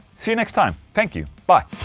see you next time. thank you, bye.